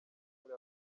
muri